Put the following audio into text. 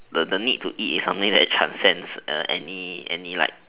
the the need to eat is something that transcends any any like